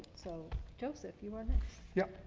so joseph, you weren't yup.